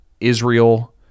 Israel